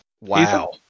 Wow